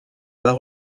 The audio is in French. bas